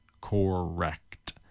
correct